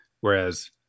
Whereas